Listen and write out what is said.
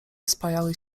spajały